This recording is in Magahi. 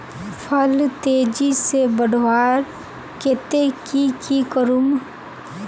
फल तेजी से बढ़वार केते की की करूम?